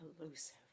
elusive